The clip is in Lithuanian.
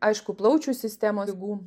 aišku plaučių sistemos ligų